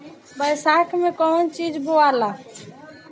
बैसाख मे कौन चीज बोवाला?